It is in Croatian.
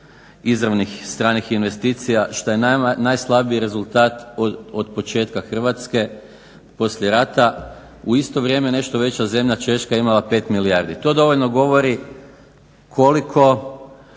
izravnih stranih investicija što je najslabiji rezultat od početka Hrvatske poslije rata. U isto vrijeme nešto veća zemlja Češka je imala 5 milijardi. To dovoljno govori koliko